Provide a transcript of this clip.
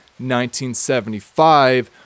1975